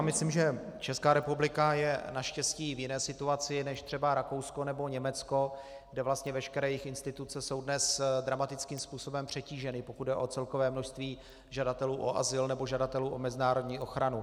Myslím, že Česká republika je naštěstí v jiné situaci než třeba Rakousko nebo Německo, kde vlastně veškeré jejich instituce jsou dnes dramatickým způsobem přetíženy, pokud jde o celkové množství žadatelů o azyl nebo žadatelů o mezinárodní ochranu.